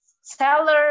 seller